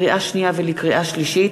לקריאה שנייה ולקריאה שלישית: